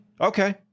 Okay